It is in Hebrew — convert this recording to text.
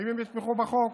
האם יתמכו בחוק?